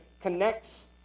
connects